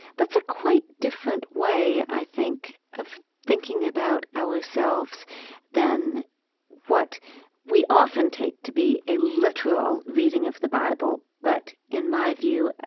that's a quite different way, i think, of thinking about ourselves than what we often take to be a literal reading of the bible but, in my view,